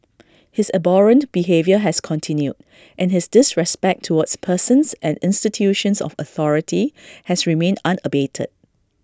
his abhorrent behaviour has continued and his disrespect towards persons and institutions of authority has remained unabated